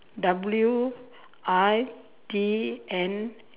W I T N